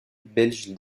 belge